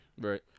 Right